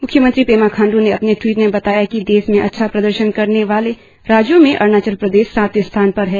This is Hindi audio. मुख्यमंत्री पेमा खांड़ ने अपने ट्वीट में बताया कि देश में अच्छा प्रदर्शन करने वाले राज्यों में अरुणाचल प्रदेश सातवें स्थान पर है